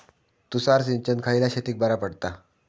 तुषार सिंचन खयल्या शेतीक बरा पडता?